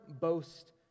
boast